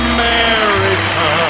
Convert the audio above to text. America